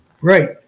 Right